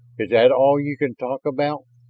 is that all you can talk about?